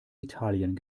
italien